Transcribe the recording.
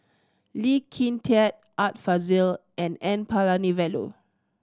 Lee Kin Tat Art Fazil and N Palanivelu